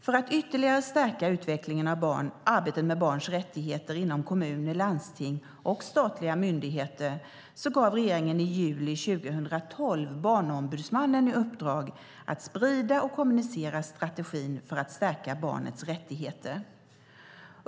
För att ytterligare stärka utvecklingen av arbetet med barns rättigheter inom kommuner, landsting och statliga myndigheter gav regeringen i juli 2012 Barnombudsmannen i uppdrag att sprida och kommunicera strategin för att stärka barnets rättigheter.